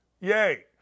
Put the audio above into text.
Yay